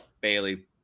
Bailey